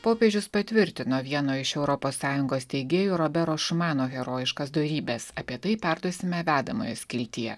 popiežius patvirtino vieno iš europos sąjungos steigėjų roberto šumano herojiškas dorybes apie tai perduosime vedamojo skiltyje